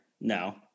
No